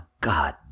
God